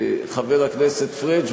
חבר הכנסת פריג',